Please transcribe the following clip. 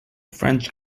french